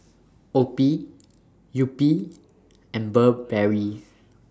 OPI Yupi and Burberry